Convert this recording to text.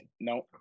No